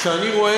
כשאני רואה,